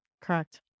Correct